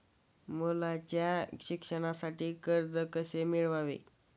मुलाच्या शिक्षणासाठी कर्ज कसे मिळवावे?